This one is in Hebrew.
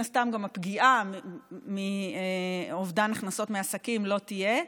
הסתם גם הפגיעה מאובדן הכנסות מעסקים לא תהיה,